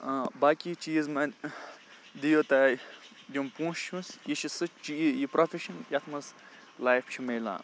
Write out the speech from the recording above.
باقٕے چیٖز منٛز دِیو تۄہہِ یِم پونٛسہٕ چھُس یہِ چھِ سُہ چیٖز یہِ پرٛوفیشَن یَتھ منٛز لایف چھُ میلان